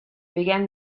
began